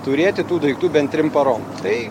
turėti tų daiktų bent trim parom tai